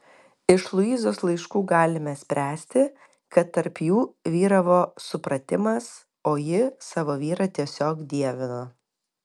iš luizos laiškų galime spręsti kad tarp jų vyravo supratimas o ji savo vyrą tiesiog dievino